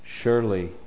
Surely